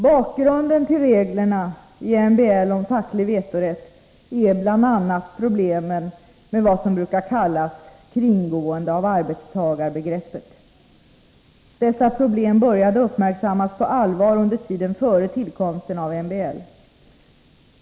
Bakgrunden till reglerna i MBL om facklig vetorätt är bl.a. problemen med vad som brukar kallas ”kringgående av arbetstagarbegreppet”. Dessa problem började uppmärksammas på allvar under tiden före tillkomsten av MBL.